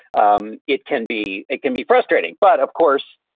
um it can be it can be frustrating, but of course,